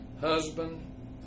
husband